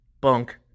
bunk